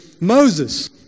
Moses